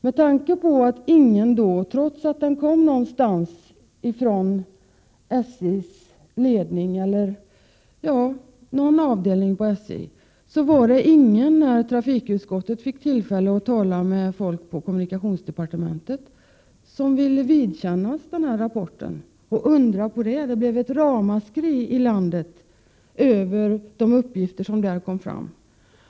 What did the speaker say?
Trots att denna rapport kom från SJ:s ledning eller någon avdelning inom SJ var det ingen av de personer från kommunikationsdepartementet som trafikutskottet hade tillfälle att tala med som ville kännas vid denna rapport. Undra på det! Det blev ett ramaskri i landet på grund av de uppgifter som kom fram i rapporten.